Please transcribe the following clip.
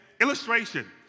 illustration